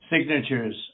signatures